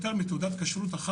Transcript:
מה זה 2ב2?